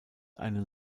einen